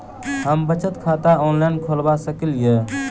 हम बचत खाता ऑनलाइन खोलबा सकलिये?